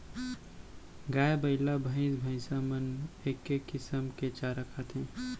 गाय, बइला, भईंस भईंसा मन एके किसम के चारा खाथें